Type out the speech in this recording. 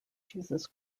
jesus